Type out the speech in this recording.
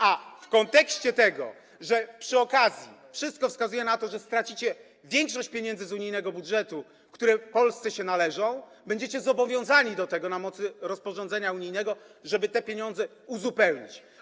A w kontekście tego, że przy okazji wszystko wskazuje na to, że stracicie większość pieniędzy z unijnego budżetu, które Polsce się należą, będziecie zobowiązani do tego, na mocy rozporządzenia unijnego, żeby te pieniądze uzupełnić.